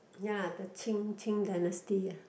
ya lah the Qing Qing-Dynasty lah